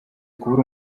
kubura